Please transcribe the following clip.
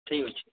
ଠିକ୍ ଅଛି